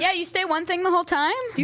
yeah you stay one thing the whole time? do you